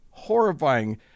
horrifying